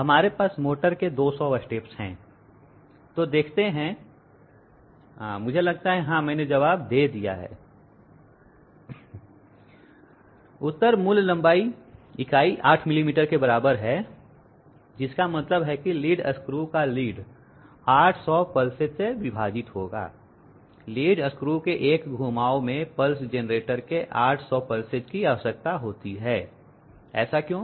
हमारे पास मोटर के 200 स्टेप हैं तो देखते हैं मुझे लगता है हां हमने जवाब दे दिया है उतर मूल लंबाई इकाई 8 मिलीमीटर के बराबर है जिसका मतलब है कि लीड स्क्रु का लीड 800 पल्सेस से विभाजित होगा लीड स्क्रु के 1 घुमाव में पल्स जेनरेटर के 800 पल्सेस की आवश्यकता होती है ऐसा क्यों